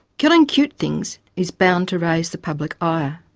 killing cute things is bound to raise the public ire.